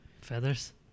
Feathers